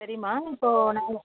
சரிம்மா இப்போது உனக்கு